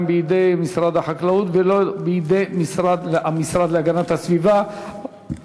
במשרד החקלאות ופיתוח הכפר ולא להעבירו למשרד להגנת הסביבה,